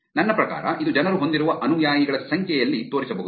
ನನ್ನ ಪ್ರಕಾರ ಇದು ಜನರು ಹೊಂದಿರುವ ಅನುಯಾಯಿಗಳ ಸಂಖ್ಯೆಯಲ್ಲಿ ತೋರಿಸಬಹುದು